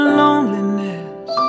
loneliness